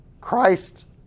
Christ